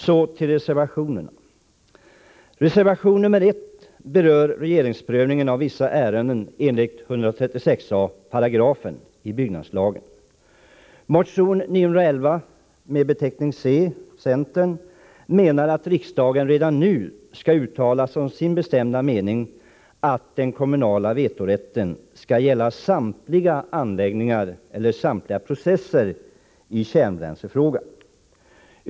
Jag övergår nu till att kommentera reservationerna. I motion 911, med centerns partibeteckning, anförs att riksdagen redan nu skall uttala som sin bestämda mening att den kommunala vetorätten skall gälla samtliga anläggningar i kärnbränsleprocessen.